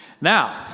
Now